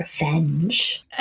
revenge